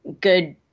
good